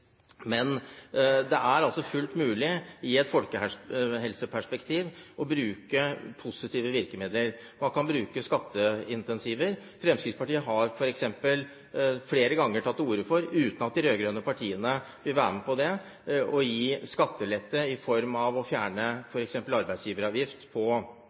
Men det er altså fullt mulig i et folkehelseperspektiv å bruke positive virkemidler – man kan bruke skatteincentiv. Fremskrittspartiet har f.eks. flere ganger tatt til orde for, uten at de rød-grønne partiene vil være med på det, å gi skattelette i form av f.eks. å fjerne